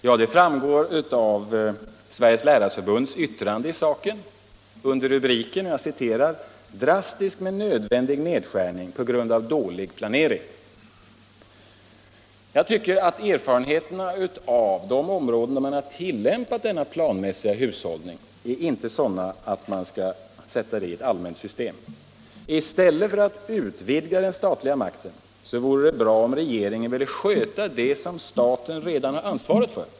Ja, det framgår av Sveriges lärarförbunds yttrande i saken under rubriken ”Drastisk men nödvändig nedskärning på grund av dålig planering.” Jag tycker att erfarenheterna från de områden där denna planmässiga hushållning har tillämpats inte är sådana att man allmänt bör sätta dem i system. I stället för att utvidga den statliga makten vore det bra om regeringen ville sköta det som staten redan har ansvaret för.